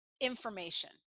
information